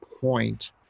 point